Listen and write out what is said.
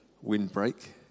Windbreak